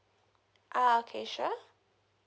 ah okay sure